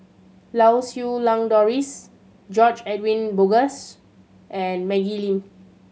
Lau Siew Lang Doris George Edwin Bogaars and Maggie Lim